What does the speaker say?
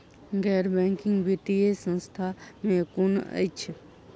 गैर बैंकिंग वित्तीय संस्था केँ कुन अछि?